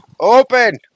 open